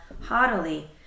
haughtily